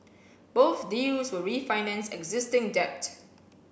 both deals will refinance existing debt